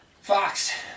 Fox